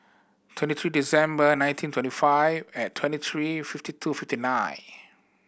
twenty three December nineteen twenty five and twenty three fifty two fifty nine